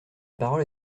parole